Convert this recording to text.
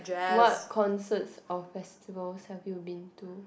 what concerts or festivals have you been to